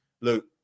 Look